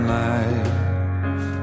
life